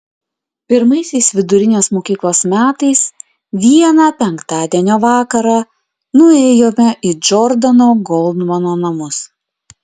pirmaisiais vidurinės mokyklos metais vieną penktadienio vakarą nuėjome į džordano goldmano namus